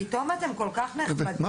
פתאום אתם כל כך נחמדים,